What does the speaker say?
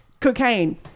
Cocaine